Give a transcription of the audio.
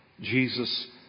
Jesus